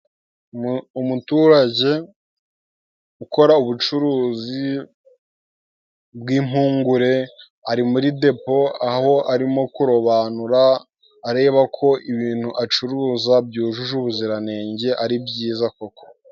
Umuturage ukora ubucuruzi bw'impungure ari muri depo, aho arimo kurobanura areba ko ibintu acuruza byujuje ubuziranenge ari byiza koko.